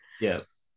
Yes